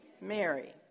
Mary